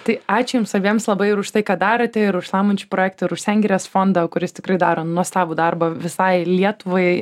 tai ačiū jums abiems labai ir už tai ką darote ir už šlamančių projektą ir už sengirės fondą kuris tikrai daro nuostabų darbą visai lietuvai